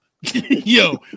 Yo